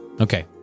okay